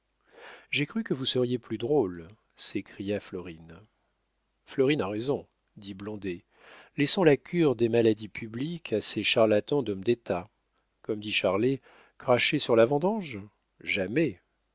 j'ai cru que vous seriez plus drôles s'écria florine florine a raison dit blondet laissons la cure des maladies publiques à ces charlatans d'hommes d'état comme dit charlet cracher sur la vendange jamais